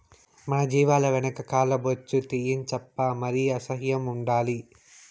మన జీవాల వెనక కాల్ల బొచ్చు తీయించప్పా మరి అసహ్యం ఉండాలి